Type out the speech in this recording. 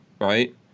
right